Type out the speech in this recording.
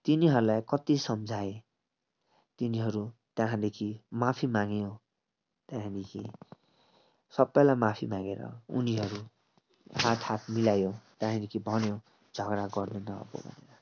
तिनीहरूलाई कत्ति सम्झाएँ तिनीहरू त्यहाँदेखि माफी माग्यो त्याहाँदेखि सबैलाई माफी मागेर उनीहरू हात हात मिलायो त्यहाँदेखि भन्यो झगडा गर्दैन अब भनेर